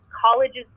Colleges